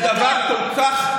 זה דבר כל כך,